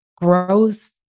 growth